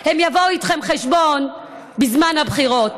הם יבואו איתכם חשבון בזמן הבחירות.